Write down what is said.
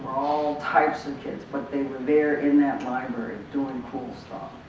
all types of kids but they were there in that library doing cool stuff.